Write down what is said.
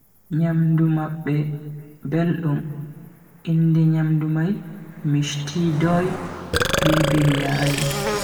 Nyamdu mabbe beldum, inde nyamdu mai mishti doi be biryani.